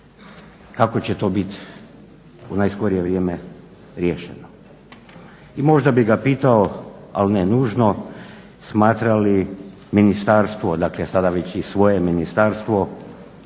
kako će to bit u najskorije vrijeme riješeno. I možda bih ga pitao, al ne nužno, smatra li ministarstvo, dakle sada već i svoje ministarstvo